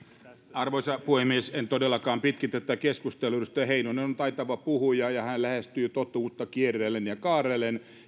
arvoisa puhemies en todellakaan pitkitä tätä keskustelua edustaja heinonen on taitava puhuja ja hän lähestyy totuutta kierrellen ja kaarrellen